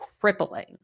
crippling